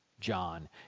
John